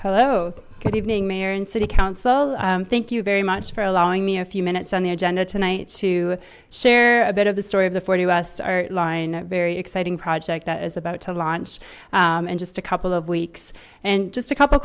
hello good evening mayor and city council thank you very much for allowing me a few minutes on the agenda tonight to share a bit of the story of the forty west outline a very exciting project that is about to launch in just a couple of weeks and just a couple